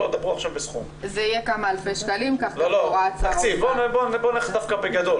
זה יהיה כמה אלפי --- בואי נלך בגדול,